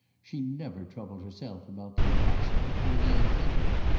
she never troubled herself about the impossible or the unthinkable.